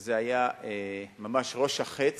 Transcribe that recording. וזה היה ממש ראש החץ